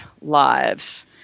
lives